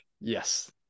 Yes